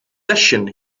session